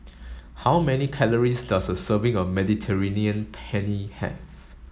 how many calories does a serving of Mediterranean Penne have